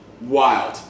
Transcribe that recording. Wild